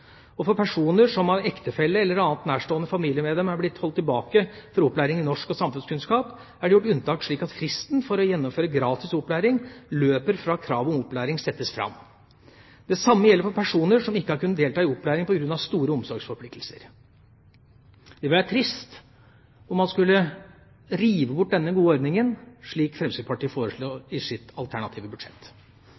For personer som av ektefelle eller annet nærstående familiemedlem er blitt holdt tilbake fra opplæring i norsk og samfunnskunnskap, er det gjort unntak, slik at fristen for å gjennomføre gratis opplæring løper fra kravet om opplæring settes fram. Det samme gjelder for personer som ikke har kunnet delta i opplæring på grunn av store omsorgsforpliktelser. Det ville være trist om man skulle rive bort denne gode ordningen, slik Fremskrittspartiet foreslår